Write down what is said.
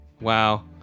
Wow